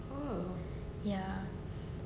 ya